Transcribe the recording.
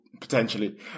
potentially